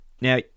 Now